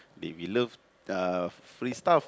we we love uh free stuff